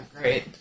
great